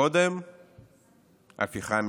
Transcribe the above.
קודם הפיכה משפטית.